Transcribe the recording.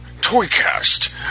ToyCast